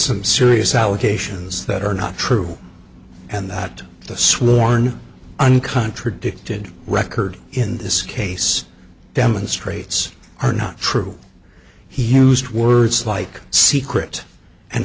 some serious allegations that are not true and that the sworn and contradicted record in this case demonstrates are not true he used words like secret and